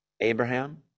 Abraham